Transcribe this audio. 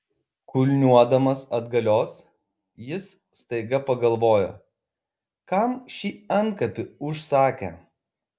kulniuodamas atgalios jis staiga pagalvojo kam šį antkapį užsakė